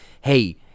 Hey